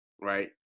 right